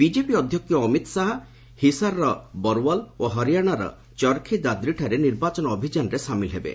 BJP ଅଧ୍ୟକ୍ଷ ଅମିତ ଶାହା ହିସାରର ବରୁୱାଲ ଓ ହରିଆଣାର ଚରଖି ଦାଦ୍ରିଠାରେ ନିର୍ବାଚନ ଅଭିଯାନରେ ସାମିଲ ହେବେ